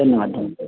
धन्यवाद धन्